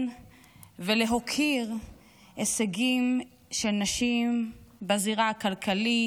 ולהוקיר הישגים של נשים בזירה הכלכלית,